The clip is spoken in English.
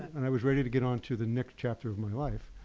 and i was ready to get on to the next chapter of my life.